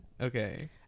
Okay